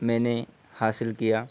میں نے حاصل کیا